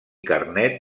carnet